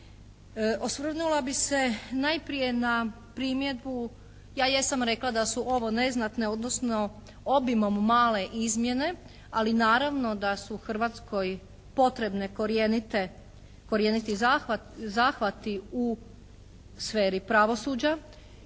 Osvrnula bih se najprije na primjedbu, ja jesam rekla da su ovo neznatne, odnosno obimom male izmjene, ali naravno da su Hrvatskoj potrebne korjenite, korijeniti zahvati u sferi pravosuđa,